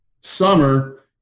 summer